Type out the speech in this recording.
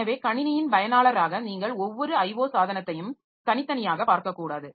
எனவே கணினியின் பயனாளராக நீங்கள் ஒவ்வொரு IO சாதனத்தையும் தனித்தனியாக பார்க்கக்கூடாது